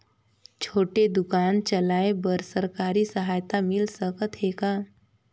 छोटे दुकान चलाय बर सरकारी सहायता मिल सकत हे का?